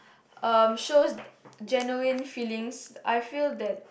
um shows genuine feelings I feel that